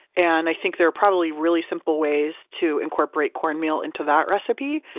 and i think there are probably really simple ways to incorporate cornmeal into that recipe.